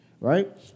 right